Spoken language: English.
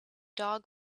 dog